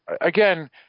Again